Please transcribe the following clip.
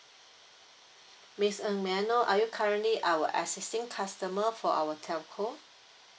miss ng may I know are you currently our existing customer for our telco